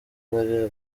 bari